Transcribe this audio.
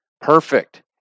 perfect